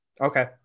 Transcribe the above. okay